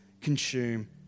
consume